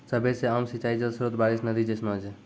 सभ्भे से आम सिंचाई जल स्त्रोत बारिश, नदी जैसनो छै